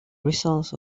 results